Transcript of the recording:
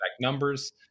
numbers